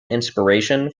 inspiration